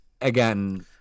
again